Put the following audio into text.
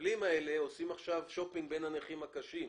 שהמטפלים האלה עושים עכשיו שופינג בין הנכים הקשים.